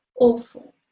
awful